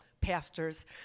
pastors